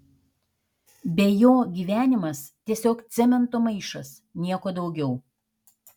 be jo gyvenimas tiesiog cemento maišas nieko daugiau